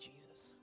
Jesus